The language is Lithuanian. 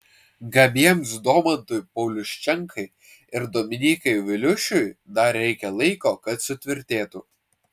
gabiems domantui pauliuščenkai ir dominykui viliušiui dar reikia laiko kad sutvirtėtų